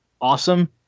awesome